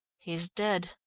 he's dead,